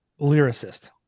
lyricist